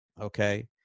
okay